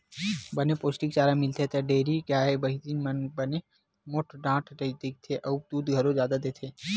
बने पोस्टिक चारा मिलथे त डेयरी के गाय, भइसी मन बने मोठ डांठ दिखथे अउ दूद घलो जादा देथे